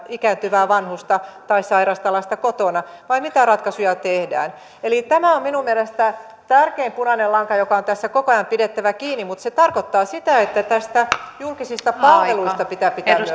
ikääntyvää vanhusta tai sairasta lasta kotona vai mitä ratkaisuja tehdään eli tämä on minun mielestäni tärkein punainen lanka josta on tässä koko ajan pidettävä kiinni mutta se tarkoittaa sitä että näistä julkisista palveluista pitää pitää